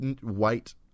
white